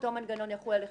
שאותו מנגנון יחול עליכם.